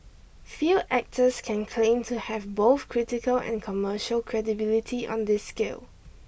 few actors can claim to have both critical and commercial credibility on this scale